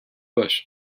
bush